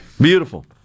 Beautiful